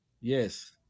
Yes